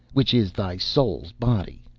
which is thy soul's body,